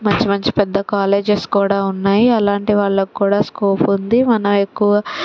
మంచి మంచి పెద్ద కాలేజెస్ కూడా ఉన్నాయి అలాంటి వాళ్ళకి కూడా స్కోప్ ఉంది మనం ఎక్కువ